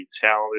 talented